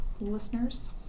listeners